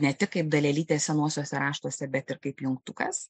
ne tik kaip dalelytė senuosiuose raštuose bet ir kaip jungtukas